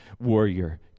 warrior